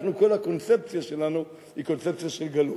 כל הקונספציה שלנו היא קונספציה של גלות.